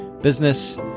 business